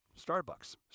Starbucks